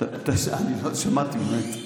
לא שמעתי, באמת.